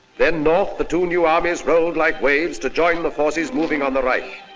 then north, the two new armies rolled like waves to join the forces moving on the right.